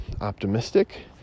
optimistic